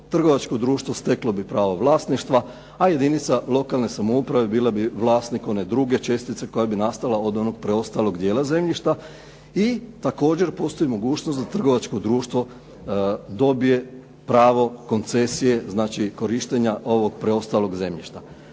trgovačko društvo steklo bi pravo vlasništva, a jedinica lokalne samouprave bila bi vlasnik one druge čestice koja bi nastala od onog preostalog dijela zemljišta i također postoji mogućnost da trgovačko društvo dobije pravo koncesije, znači korištenja ovog preostalog zemljišta.